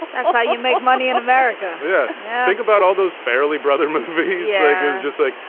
that's how you make money in america. yeah, i think about all those fairly brother movies was just like,